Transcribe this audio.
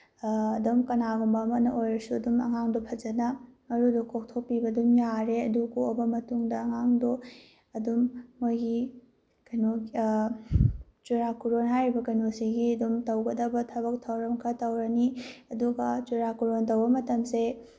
ꯑꯗꯨꯝ ꯀꯅꯥꯒꯨꯝꯕ ꯑꯃꯅ ꯑꯣꯏꯔꯁꯨ ꯑꯗꯨꯝ ꯑꯉꯥꯡꯗꯣ ꯐꯖꯅ ꯃꯔꯨꯗꯣ ꯀꯣꯛꯄꯤꯕ ꯑꯗꯨꯝ ꯌꯥꯔꯦ ꯑꯗꯨ ꯀꯣꯛꯑꯕ ꯃꯇꯨꯡꯗ ꯑꯉꯥꯡꯗꯣ ꯑꯗꯨꯝ ꯃꯣꯏꯒꯤ ꯀꯩꯅꯣ ꯆꯨꯔꯥꯀꯣꯔꯣꯟ ꯍꯥꯏꯔꯤꯕ ꯀꯩꯅꯣꯁꯤꯒꯤ ꯑꯗꯨꯝ ꯇꯧꯒꯗꯕ ꯊꯕꯛ ꯊꯧꯔꯝ ꯈꯔ ꯇꯧꯔꯅꯤ ꯑꯗꯨꯒ ꯆꯨꯔꯥꯀꯣꯔꯣꯟ ꯇꯧꯕ ꯃꯇꯝꯁꯦ